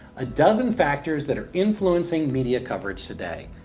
a dozen factors that are influencing media coverage today.